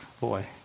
boy